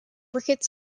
ricketts